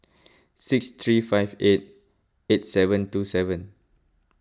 six three five eight eight seven two seven